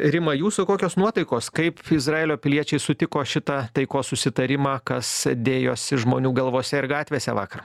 rima jūsų kokios nuotaikos kaip izraelio piliečiai sutiko šitą taikos susitarimą kas dėjosi žmonių galvose ir gatvėse vakar